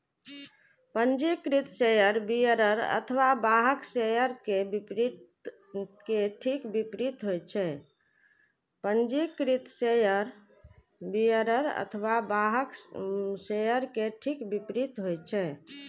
पंजीकृत share bearer अथवा वाहक शेयर के ठीक विपरीत होइ छै